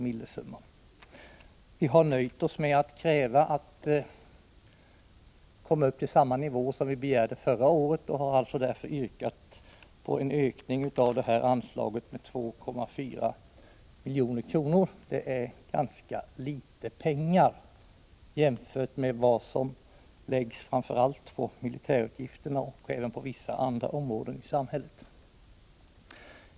Vi har emellertid nöjt oss med att kräva att vi skall komma upp i samma nivå som vi begärde förra året och därför yrkat på en ökning av anslaget med 2,4 milj.kr. Det är ganska litet pengar jämfört framför allt med militärutgifterna men även med vad som läggs på vissa andra områden i samhället.